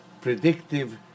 predictive